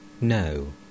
No